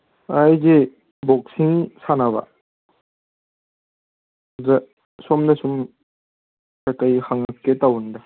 ꯑ ꯑꯩꯁꯦ ꯕꯣꯛꯁꯤꯡ ꯁꯥꯟꯅꯕ ꯑꯗꯨꯗ ꯁꯣꯝꯗ ꯁꯨꯝ ꯀꯩꯀꯩ ꯍꯪꯉꯛꯀꯦ ꯇꯧꯕꯅꯤꯗ